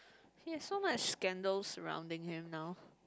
yes so much scandal surrounding him now